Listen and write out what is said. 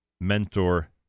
mentor